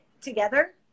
together